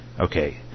Okay